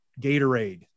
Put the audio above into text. Gatorade